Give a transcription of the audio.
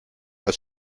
als